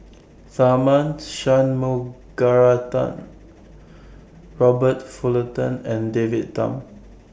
Tharman Shanmugaratnam Robert Fullerton and David Tham